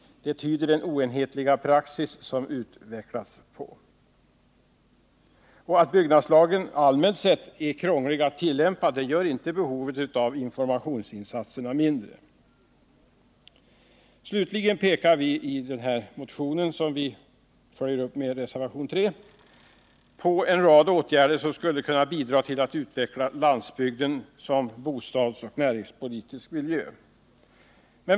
Den oenhetliga praxis som utvecklats tyder på att så är fallet. Det förhållandet att byggnadslagen allmänt sett är krånglig att tillämpa gör inte behovet av informationsinsatser mindre. Slutligen pekar vi i den motion som vi följer upp i reservationen 3 på en rad åtgärder som skulle kunna bidra till att utveckla landsbygden som bostadsmiljö och näringspolitisk miljö.